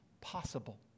possible